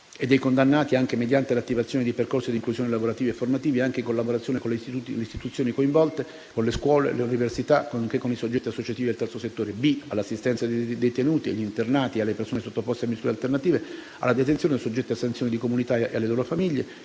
e dei condannati, anche mediante l'attivazione di percorsi di inclusione lavorativi e formativi, anche in collaborazione con le istituzioni coinvolte, con le scuole e le università nonché con i soggetti associativi del Terzo settore; b) all'assistenza ai detenuti, agli internati e alle persone sottoposte a misure alternative alla detenzione o soggette a sanzioni di comunità e alle loro famiglie,